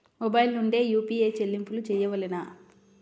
Mobile నుండే UPI చెల్లింపులు చేయవలెనా?